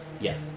Yes